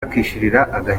agahinda